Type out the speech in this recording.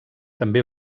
també